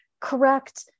correct